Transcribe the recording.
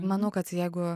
manau kad jeigu